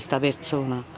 so avezzano,